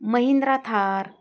Mahindra Thar